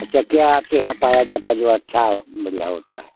अच्छा क्या आपके यहाँ पाया जाता है जो अच्छा हो बढ़िया होता है